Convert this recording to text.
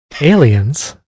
aliens